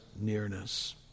nearness